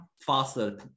faster